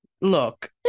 Look